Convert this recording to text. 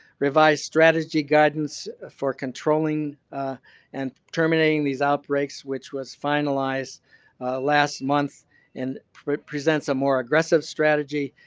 revise strategy guidance for controlling and terminating these outbreaks, which was finalized last month and presents a more aggressive strategy,